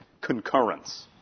concurrence